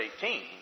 18